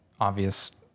obvious